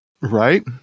Right